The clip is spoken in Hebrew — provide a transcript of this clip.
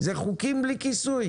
אלו חוקים בלי כיסוי.